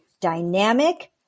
dynamic